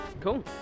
Cool